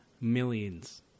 millions